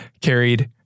carried